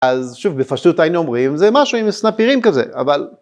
אז שוב בפשטות היינו אומרים זה משהו עם סנפירים כזה אבל